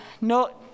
no